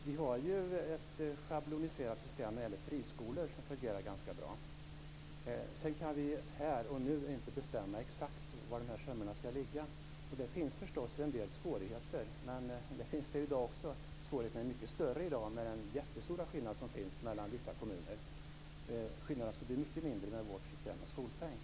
Herr talman! Vi har ju ett schabloniserat system när det gäller friskolor som fungerar ganska bra. Vi kan inte här och nu exakt bestämma var de här summorna skall ligga. Det finns förstås en del svårigheter, men det finns det i dag också. Svårigheterna är mycket större i dag med den jättestora skillnad som finns mellan vissa kommuner. Skillnaderna skulle bli mycket mindre med vårt system med skolpeng.